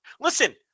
listen